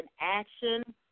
action